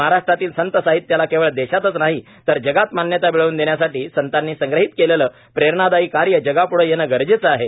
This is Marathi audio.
महाराष्ट्रातील संत साहित्याला केवळ देशातच नाहीतर जगात मान्यता मिळवून देण्यासाठी संतांनी संग्रहीत केलेले प्रेरणादायी कार्य जगाप्ढे येण गरजेचे आहे